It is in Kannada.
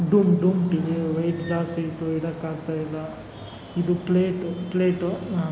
ಡೂಮ್ ಡೂಮ್ ಟಿ ವಿ ವಯ್ಟ್ ಜಾಸ್ತಿ ಇತ್ತು ಇಡಕ್ಕಾಗ್ತಾಯಿಲ್ಲ ಇದು ಪ್ಲೇಟು ಪ್ಲೇಟು